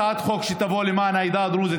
ואני תומך בכל הצעת חוק שתבוא למען העדה הדרוזית,